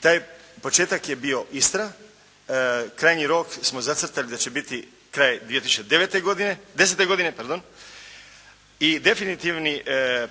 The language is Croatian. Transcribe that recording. Taj početak je bio Istra, krajnji rok smo zacrtali da će biti kraj 2009., 2010. godine, pardon. I definitivni